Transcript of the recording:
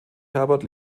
herbert